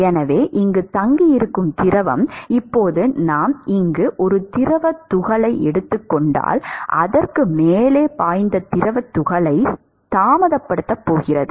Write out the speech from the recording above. எனவே இங்கு தங்கியிருக்கும் திரவம் இப்போது நாம் இங்கு ஒரு திரவத் துகளை எடுத்துக் கொண்டால் அதற்கு மேலே பாய்ந்த திரவத் துகளைத் தாமதப்படுத்தப் போகிறது